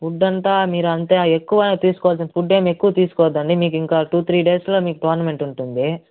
food అంతా మీరంత ఎక్కువ తీసుకోవల్సిన ఫుడ్ ఏం ఎక్కువ తీసుకోద్దండి మీకింకా టూ త్రీ డేస్లో మీకు టోర్నమెంట్ ఉంటుంది